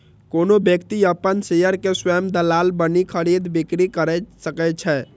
कोनो व्यक्ति अपन शेयर के स्वयं दलाल बनि खरीद, बिक्री कैर सकै छै